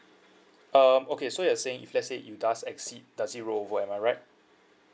um okay so you're saying if let's say you does exceed does it roll over am I right